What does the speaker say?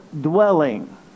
dwelling